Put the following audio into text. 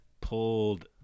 pulled